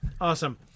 awesome